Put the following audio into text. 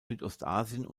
südostasien